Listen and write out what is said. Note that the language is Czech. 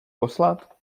poslat